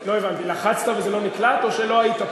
לא הבנתי, לחצת וזה לא נקלט, או שלא היית פה?